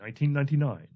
1999